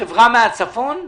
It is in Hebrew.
חברה מהצפון?